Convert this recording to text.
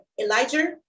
Elijah